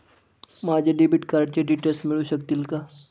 माझ्या डेबिट कार्डचे डिटेल्स मिळू शकतील का?